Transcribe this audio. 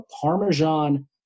Parmesan